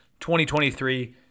2023